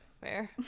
fair